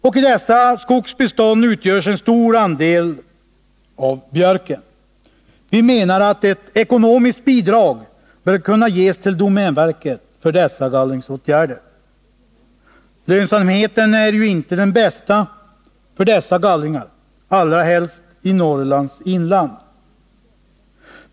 I dessa skogsbestånd utgörs en stor andel av björk, och vi menar att ett ekonomiskt bidrag bör kunna ges till domänverket för dessa gallringsåtgärder. Lönsamheten är ju inte den bästa för dessa gallringar, allra helst inte i Norrlands inland.